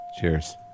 Cheers